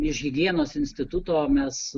iš higienos instituto mes